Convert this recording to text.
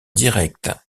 direct